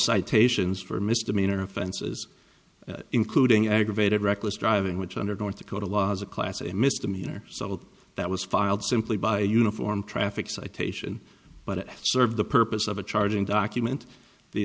citations for misdemeanor offenses including aggravated reckless driving which under north dakota law is a class a misdemeanor so that was filed simply by a uniform traffic citation but it served the purpose of a charging document the